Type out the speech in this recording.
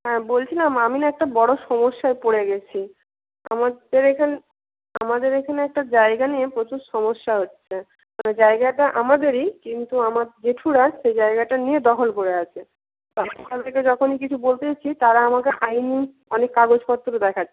হ্যাঁ বলছিলাম আমি না একটা বড়ো সমস্যায় পড়ে গেছি আমাদের এখানে আমাদের এখানে একটা জায়গা নিয়ে প্রচুর সমস্যা হচ্ছে তো জায়গাটা আমাদেরই কিন্তু আমার জেঠুরা সেই জায়গাটা নিয়ে দখল করে আছে যখনই কিছু বলতে যাচ্ছি তারা আমাকে আইনি অনেক কাগজপত্র দেখাচ্ছে